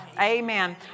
Amen